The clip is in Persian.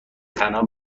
تنها